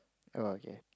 oh okay